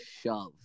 shove